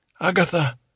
Agatha